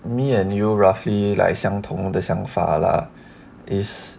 me and you roughly like 相同的想法 lah is